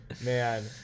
Man